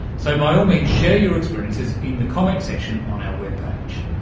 so by all means share your experiences in the comments section on our webpage.